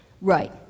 Right